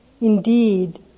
Indeed